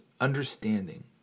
understanding